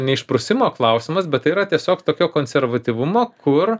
neišprusimo klausimas bet tai yra tiesiog tokio konservatyvumo kur